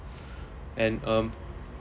and um